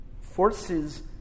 forces